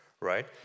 right